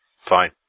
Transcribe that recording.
fine